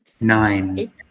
Nine